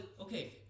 okay